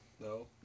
No